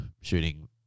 shooting